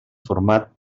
format